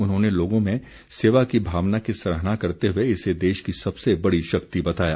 उन्होंने लोगों में सेवा की भावना की सराहना करते हुए इसे देश की सबसे बड़ी शक्ति बताया